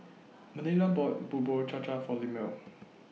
Manilla bought Bubur Cha Cha For Lemuel